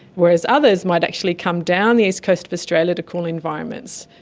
whereas others might actually come down the east coast of australia to cooler environments,